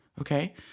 Okay